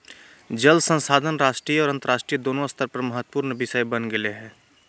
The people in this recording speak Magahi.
जल संसाधन राष्ट्रीय और अन्तरराष्ट्रीय दोनों स्तर पर महत्वपूर्ण विषय बन गेले हइ